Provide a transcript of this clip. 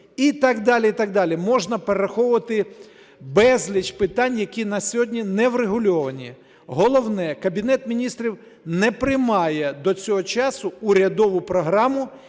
і так далі, так далі. Можна перераховувати безліч питань, які на сьогодні не врегульовані. Головне: Кабінет Міністрів не приймає до цього часу урядову програму,